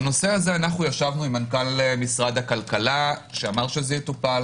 בנושא הזה ישבנו עם מנכ"ל משרד הכלכלה שאמר שזה יטופל.